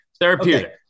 Therapeutic